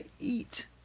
eat